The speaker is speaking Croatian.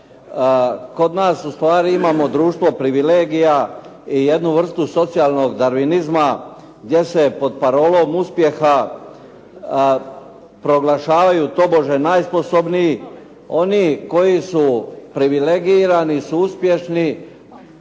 Kod nas u stvari imamo društvo privilegija i jednu vrstu socijalnog darvinizma gdje se pod parolom uspjeha proglašavaju tobože najsposobniji. Oni koji su privilegirani su uspješni